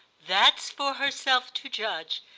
that's for herself to judge.